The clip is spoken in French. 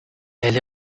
elle